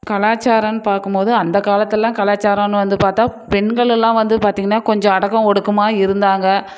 கலாச்சாரம்னு பார்க்கும்போது அந்த காலத்திலலாம் கலாச்சாரம்னு வந்து பார்த்தா பெண்களெல்லாம் வந்து பார்த்திங்கன்னா கொஞ்சம் அடக்கம் ஒடுக்கமாக இருந்தாங்க